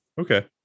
okay